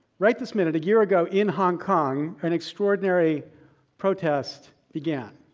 right this minute, a year ago in hong kong, an extraordinary protest began.